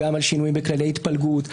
גם על השינויים בכללי התפלגות,